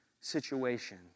situation